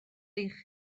eich